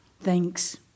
Thanks